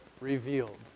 revealed